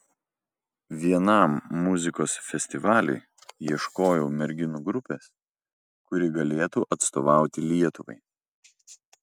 vienam muzikos festivaliui ieškojau merginų grupės kuri galėtų atstovauti lietuvai